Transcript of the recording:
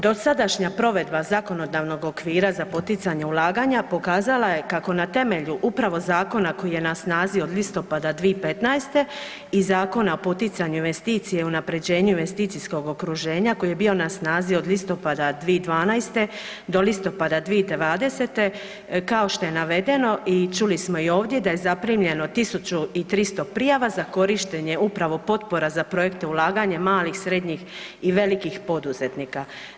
Dosadašnja provedba zakonodavnog okvira za poticanje ulaganja pokazala je kako na temelju upravo zakona koji je na snazi od listopada 2015. i Zakona o poticanju investicije i unaprjeđenju investicijskog okruženja koji je bio na snazi od listopada 2012. do listopada 2020., kao što je navedeno i čuli smo i ovdje da je zaprimljeno 1300 prijava za korištenje upravo potpora za projekte ulaganja malih, srednjih i velikih poduzetnika.